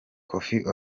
koffi